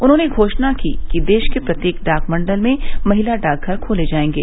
उन्होंने घोषणा की कि देश के प्रत्येक डाक मंडल में महिला डाकघर खोले जाएंगे